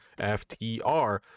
FTR